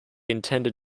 intended